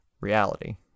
reality